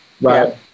right